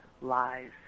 lies